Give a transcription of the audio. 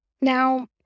Now